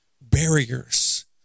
barriers